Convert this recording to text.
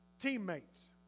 teammates